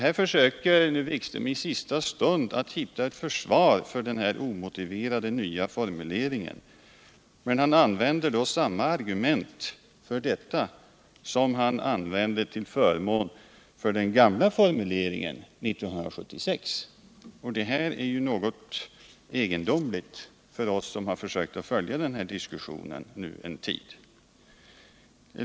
Här försöker han i sista stund hitta ett försvar för den omotiverade nya formuleringen, och han använder då samma argument för denna som han använde till förmån för den gamla formuleringen 1976. Detta är något egendomligt för oss som nu har försökt följa den här diskussionen en tid.